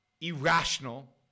irrational